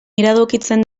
iradokitzen